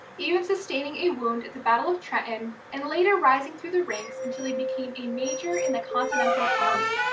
even sustaining a wound at the battle of trenton and later rising through the ranks until he became a major in the continental army.